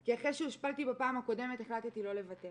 כי אחרי שהושפלתי בפעם הקודמת החלטתי לא לוותר